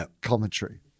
commentary